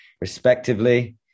respectively